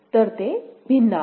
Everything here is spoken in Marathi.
तर ते भिन्न आहेत